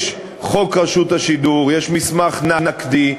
יש חוק רשות השידור, יש מסמך נקדי.